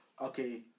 Okay